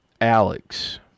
Alex